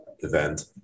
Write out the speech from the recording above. event